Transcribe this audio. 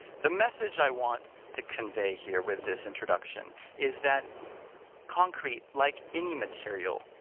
the message i want to convey here with this introduction is that concrete, like any material,